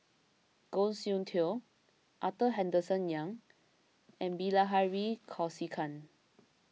Goh Soon Tioe Arthur Henderson Young and Bilahari Kausikan